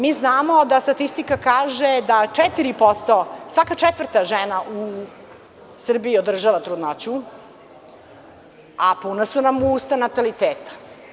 Mi znamo da statistika kaže da 4%, svaka četvrta žena u Srbiji održava trudnoću, a puna su nam usta nataliteta.